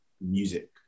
music